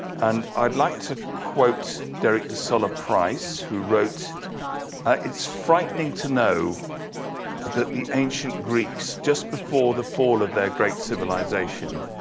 and i'd like to quote derek de solla price, who wrote it's frightening to know that the ancient greeks, just before the fall of their great civilization,